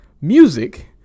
music